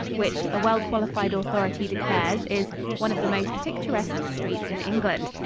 which, a well qualified authority declares, is one of the most picturesque streets in england.